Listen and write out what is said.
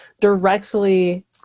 directly